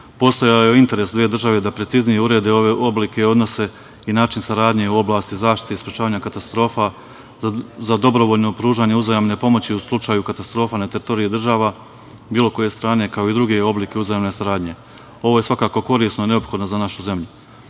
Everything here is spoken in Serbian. postojao je interes dve države da preciznije urede ove oblike, odnose i način saradnje u oblasti zaštite i sprečavanja katastrofa za dobrovoljno pružanje uzajamne pomoći u slučaju katastrofa na teritoriji država bilo koje strane kao i druge oblike uzajamne saradnje. Ovo je svakako korisno i neophodno za našu zemlju. Kada